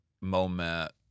moment